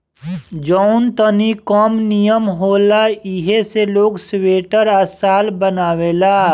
जवन तनी कम निमन होला ऐसे ई लोग स्वेटर आ शाल बनावेला